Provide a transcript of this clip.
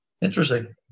interesting